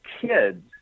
kids